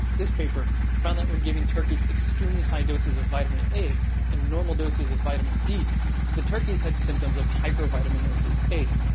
this paper found that when giving turkeys extremely high doses of vitamin a and normal doses of vitamin d the turkeys had symptoms of hypervitaminosis a,